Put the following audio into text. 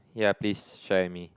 yeah please share with me